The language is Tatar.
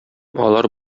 алар